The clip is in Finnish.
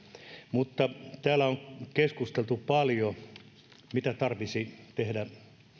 täällä on keskusteltu paljon siitä mitä tarvitsisi tehdä